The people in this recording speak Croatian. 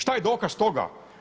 Šta je dokaz toga?